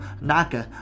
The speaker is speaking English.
Naka